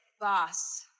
boss